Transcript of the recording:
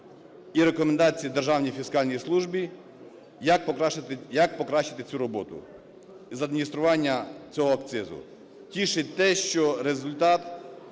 і рекомендації Державній фіскальній службі, як покращити цю роботу із адміністрування цього акцизу. Тішить те, що результат…